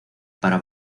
para